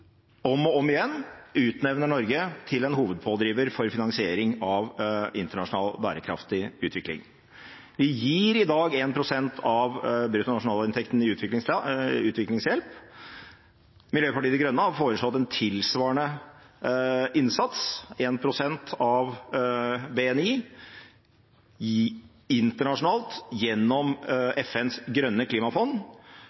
om og om igjen utnevner Norge til en hovedpådriver for finansiering av internasjonal, bærekraftig utvikling. Vi gir i dag 1 pst. av bruttonasjonalinntekten i utviklingshjelp. Miljøpartiet De Grønne har foreslått en tilsvarende innsats, 1 pst. av BNI, internasjonalt gjennom FNs grønne klimafond,